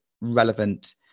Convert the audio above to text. relevant